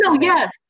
yes